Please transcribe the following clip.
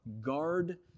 Guard